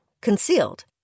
concealed